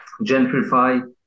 gentrify